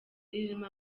ririmo